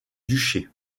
duché